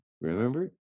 remember